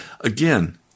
again